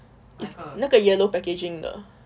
那个 yellow packaging 的